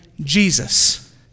Jesus